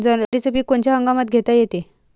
जवारीचं पीक कोनच्या हंगामात घेता येते?